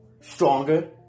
Stronger